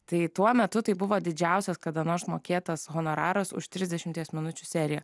tai tuo metu tai buvo didžiausias kada nors mokėtas honoraras už trisdešimties minučių seriją